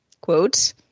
quote